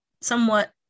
somewhat